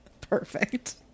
Perfect